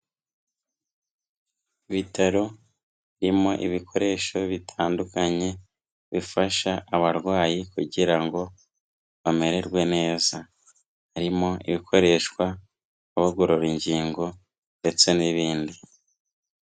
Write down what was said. Ibitaro birimo ibikoresho bitandukanye, bifasha abarwayi kugira ngo bamererwe neza. harimo ibikoreshwa bagorora ingingo ndetse n'ibindi.